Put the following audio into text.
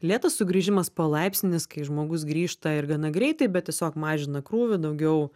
lėtas sugrįžimas polaipsninis kai žmogus grįžta ir gana greitai bet tiesiog mažina krūvį daugiau